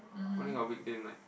only got weekday night